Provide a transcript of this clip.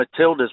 Matildas